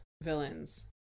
villains